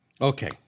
Okay